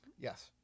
Yes